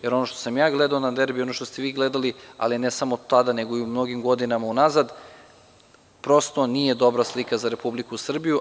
Jer, ono što sam ja gledao na derbiju i ono što ste vi gledali, ne samo tada nego i u mnogim godinama unazad, prosto, nije dobra slika za Republiku Srbiju.